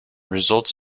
results